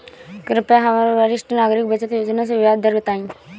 कृपया हमरा वरिष्ठ नागरिक बचत योजना के ब्याज दर बताइं